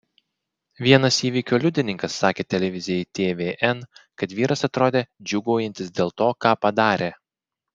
vienas įvykio liudininkas sakė televizijai tvn kad vyras atrodė džiūgaujantis dėl to ką padarė